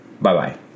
Bye-bye